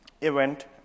event